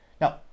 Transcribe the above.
Now